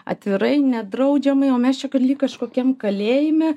atvirai nedraudžiamai o mes čia lyg kažkokiam kalėjime